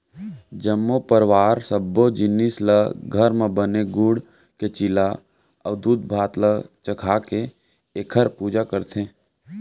जम्मो परवार सब्बो जिनिस ल घर म बने गूड़ के चीला अउ दूधभात ल चघाके एखर पूजा करथे